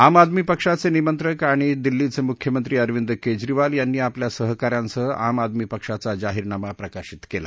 आम आदमी पक्षाचे निमंत्रक आणि दिल्लीचे मुख्यमंत्री अरविंद केजरिवाल यांनी आपल्या सहकाऱ्यांसह आम आदमी पक्षाचा जाहिरनामा प्रकाशित केला